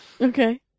Okay